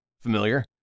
familiar